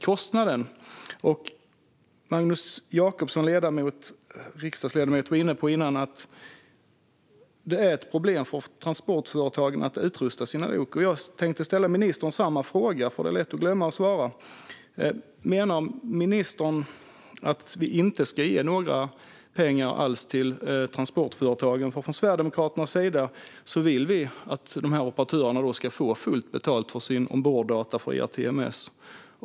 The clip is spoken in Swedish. Riksdagsledamoten Magnus Jacobsson var tidigare inne på att det utgör ett problem för transportföretagen att utrusta sina lok. Jag tänkte ställa samma fråga till ministern, för det är ju lätt att glömma att svara. Menar ministern att vi inte ska ge några pengar alls till transportföretagen? Vi i Sverigedemokraterna vill att operatörerna ska få fullt betalt för sina omborddata för ERTMS.